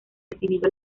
recibido